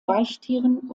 weichtieren